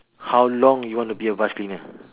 how long you want to be bus cleaner